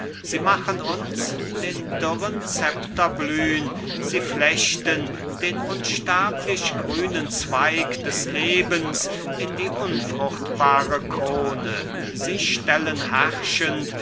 sie machen uns den dürren szepter blühn sie flechten den unsterblich grünen zweig des lebens in die unfruchtbare krone sie stellen